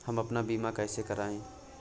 हम अपना बीमा कैसे कराए?